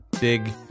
big